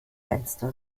fenster